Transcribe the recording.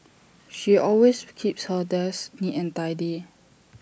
she always keeps her desk neat and tidy